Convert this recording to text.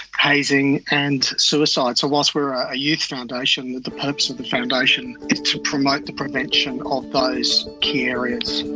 hazing and suicide. so whilst we are a youth foundation, the purpose of the foundation is to promote the prevention of those key areas.